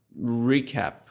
recap